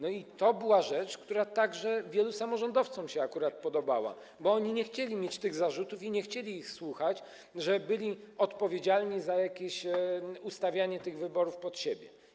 I to była rzecz, która także wielu samorządowcom się akurat podobała, bo oni nie chcieli mieć tych zarzutów ani nie chcieli ich słuchać, że byli odpowiedzialni za jakieś ustawianie tych wyborów pod siebie.